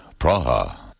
Praha